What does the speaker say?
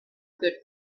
good